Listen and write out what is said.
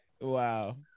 Wow